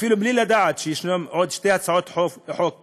אפילו בלי לדעת שיש עוד שתי הצעות חוק כאלה,